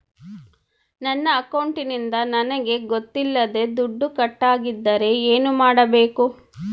ನನ್ನ ಅಕೌಂಟಿಂದ ನನಗೆ ಗೊತ್ತಿಲ್ಲದೆ ದುಡ್ಡು ಕಟ್ಟಾಗಿದ್ದರೆ ಏನು ಮಾಡಬೇಕು?